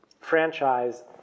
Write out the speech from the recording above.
franchise